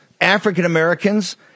African-Americans